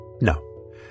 No